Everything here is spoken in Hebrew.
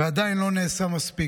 ועדיין לא נעשה מספיק.